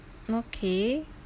okay